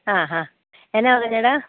ആ ആ എന്താണ് വക്കന് ചേട്ടാ